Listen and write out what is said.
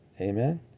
Amen